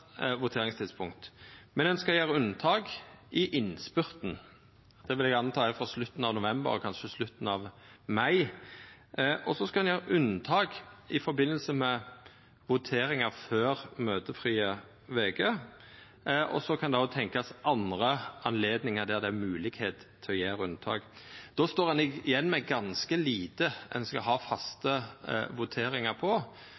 voteringstidspunkt, men ein skal gjera unntak i innspurten. Det er, vil eg anta, frå slutten av november og kanskje frå slutten av mai. Og så skal ein gjera unntak i samband med voteringar før møtefrie veker, og ein kan òg tenkja seg andre anledningar der det er moglegheiter for å gjera unntak. Då står ein att med ganske få møte ein skal ha faste voteringar på.